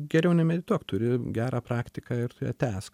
geriau nemedituok turi gerą praktiką ir tu ją tęsk